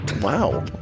Wow